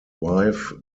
wife